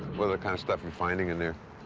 kind of stuff are you finding in there?